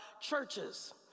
churches